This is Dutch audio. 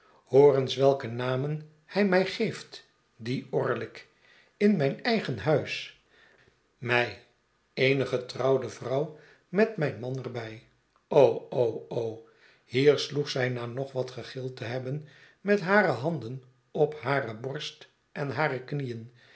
eens welke namen hij mij geeft die orlick in mijn eigen huis mij eene getrouwde vrouw met mijn man er bij hier sloeg zij na nog wat gegild te hebben met hare handen op hare borst en hare knieen